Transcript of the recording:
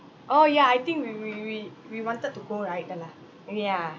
orh ya I think we we we we wanted to go right the la~ yeah